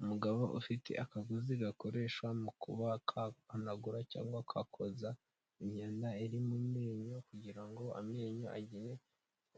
Umugabo ufite akaguzi gakore mu kuba kahanagura cyangwa kokoza imyanda iri mu mennyo kugira ngo amenyo agire